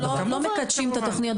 אנחנו לא מקדשים את התוכניות האלה.